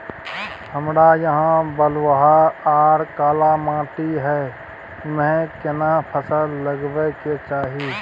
हमरा यहाँ बलूआ आर काला माटी हय ईमे केना फसल लगबै के चाही?